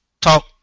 talk